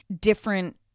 different